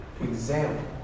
example